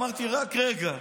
אמרתי: רק רגע,